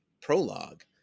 prologue